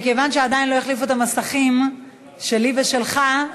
מכיוון שעדיין לא החליפו את המסכים שלי ושלך,